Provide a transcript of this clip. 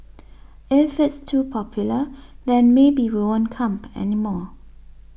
if it's too popular then maybe we won't come anymore